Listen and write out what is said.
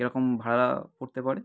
কীরকম ভাড়া পড়তে পারে